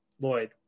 lloyd